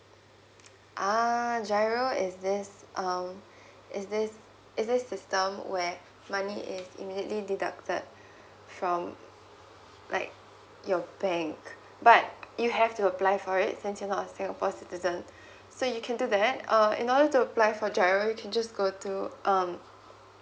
ah G_I_R_O is this um is this is this system where money is immediately deducted from like your bank but you have to apply for it since you are not singapore citizen so you can do that err in order to apply for G_I_R_O you can just go to um